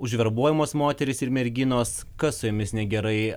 užverbuojamos moterys ir merginos kas su jomis negerai